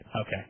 Okay